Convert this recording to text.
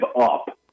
up